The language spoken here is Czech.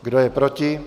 Kdo je proti?